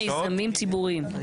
בוועדת מיזמים ציבוריים.